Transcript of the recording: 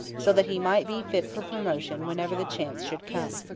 so that he might be fit for promotion whenever the chance should come.